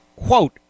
Quote